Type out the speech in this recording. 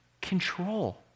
control